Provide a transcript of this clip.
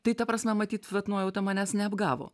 tai ta prasme matyt vat nuojauta manęs neapgavo